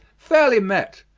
fairely met,